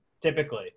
Typically